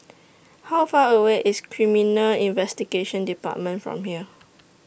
How Far away IS Criminal Investigation department from here